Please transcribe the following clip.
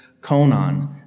Conan